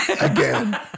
Again